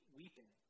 weeping